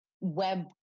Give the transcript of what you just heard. web